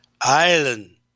island